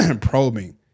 probing